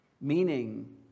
meaning